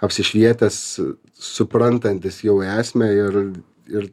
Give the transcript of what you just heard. apsišvietęs suprantantis jau esmę ir ir